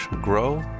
grow